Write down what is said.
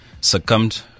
succumbed